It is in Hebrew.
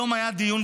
היום היה דיון,